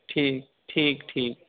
ٹھیک ٹھیک ٹھیک